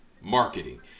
marketing